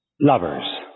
lovers